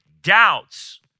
doubts